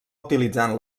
utilitzant